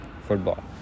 football